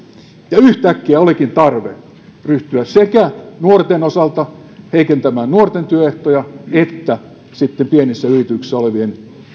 ja yhtäkkiä olikin tarve ryhtyä heikentämään sekä nuorten osalta nuorten työehtoja että sitten pienissä yrityksissä olevien